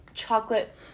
chocolate